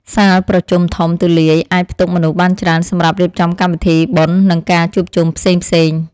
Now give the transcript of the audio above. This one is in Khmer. សាលប្រជុំធំទូលាយអាចផ្ទុកមនុស្សបានច្រើនសម្រាប់រៀបចំកម្មវិធីបុណ្យនិងការជួបជុំផ្សេងៗ។